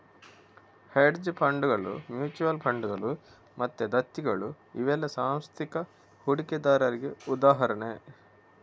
hedge ಫಂಡುಗಳು, mutual ಫಂಡುಗಳು ಮತ್ತೆ ದತ್ತಿಗಳು ಇವೆಲ್ಲ ಸಾಂಸ್ಥಿಕ ಹೂಡಿಕೆದಾರರಿಗೆ ಉದಾಹರಣೆ